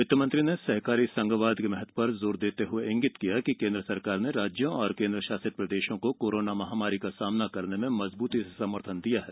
वित्त मंत्री ने सहकारी संघवाद के महत्व पर जोर देते हुए इंगित किया कि केंद्र सरकार ने राज्यों और केंद्र शासित प्रदेशों को कोरोना महामारी का सामना करने में मजबूती से समर्थन दिया है